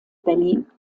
berlin